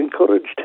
encouraged